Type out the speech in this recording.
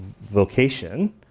vocation